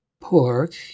Pork